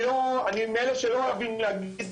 אני מאלה שלא אוהבים להגיד,